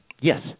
Yes